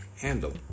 handle